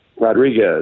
Rodriguez